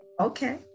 Okay